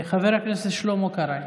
חבר הכנסת שלמה קרעי,